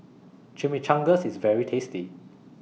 Chimichangas IS very tasty